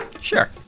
Sure